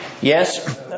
Yes